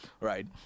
right